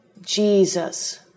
Jesus